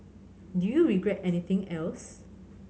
do you regret anything else